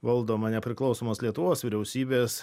valdoma nepriklausomos lietuvos vyriausybės